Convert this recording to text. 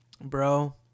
bro